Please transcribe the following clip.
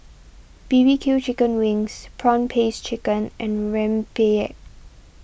B B Q Chicken Wings Prawn Paste Chicken and Rempeyek